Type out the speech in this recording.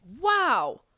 Wow